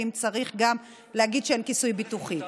ואם צריך גם להגיד שאין כיסוי ביטוחי,